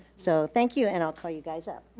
so thank you, and i'll call you guys up.